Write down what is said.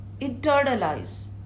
internalize